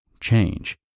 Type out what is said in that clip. change